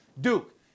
Duke